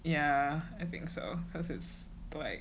yeah I think so cause it's like